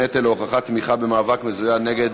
הנטל להוכחת תמיכה במאבק מזוין נגד